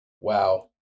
Wow